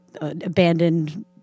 abandoned